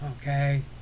okay